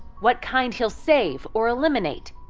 what kind he'll save or eliminate,